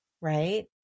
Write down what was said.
Right